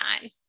time